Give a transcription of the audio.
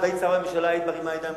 אם היית שרה בממשלה היית מרימה ידיים,